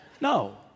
No